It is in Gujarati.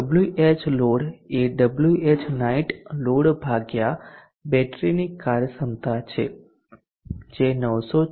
Whload એ Whnight લોડ ભાગ્યા બેટરીની કાર્યક્ષમતા છે જે 914